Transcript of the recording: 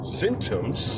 symptoms